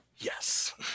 Yes